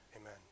Amen